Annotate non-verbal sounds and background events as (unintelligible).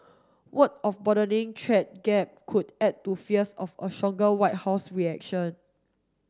word of a broadening (unintelligible) gap could add to fears of a stronger White House reaction